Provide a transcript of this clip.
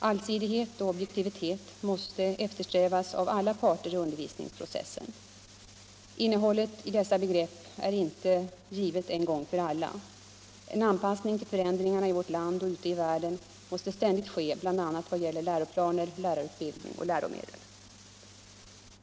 Allsidighet och objektivitet måste eftersträvas av alla parter i undervisningsprocessen. Innehållet i dessa begrepp är inte givet en gång för alla. En anpassning till förändringarna i vårt land och ute i världen måste ständigt ske bl.a. vad gäller läroplaner, lärarutbildning och läromedel.